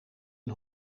een